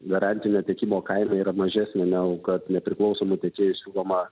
garantinio tiekimo kaina yra mažesnė negu kad nepriklausomų tiekėjų siūloma